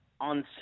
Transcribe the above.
on